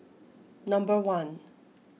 number one